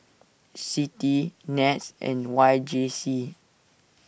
Citi Nets and Y J C